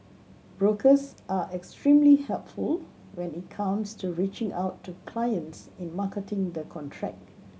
brokers are extremely helpful when it comes to reaching out to clients in marketing the contract